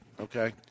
Okay